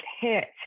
hit